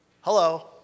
hello